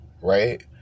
right